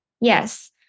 Yes